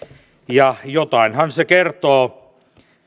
ja jotainhan se kertoo